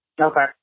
Okay